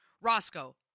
Roscoe